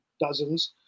dozens